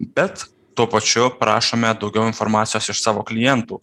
bet tuo pačiu prašome daugiau informacijos iš savo klientų